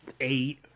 Eight